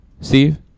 Steve